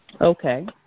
Okay